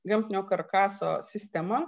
gamtinio karkaso sistema